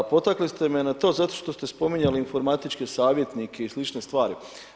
A potakli ste me na to zato što ste spominjali informatičke savjetnike i slične stvari.